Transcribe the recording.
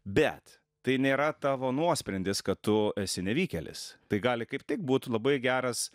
bet tai nėra tavo nuosprendis kad tu esi nevykėlis tai gali kaip tik būt labai geras